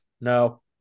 No